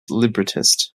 librettist